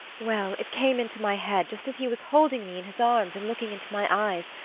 well, it came into my head just as he was holding me in his arms and looking into my eyes,